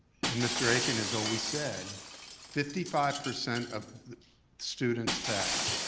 and mr. akin has always said fifty five percent of the students that,